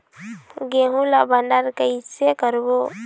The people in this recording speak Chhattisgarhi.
गेहूं ला भंडार कई से करबो?